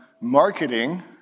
marketing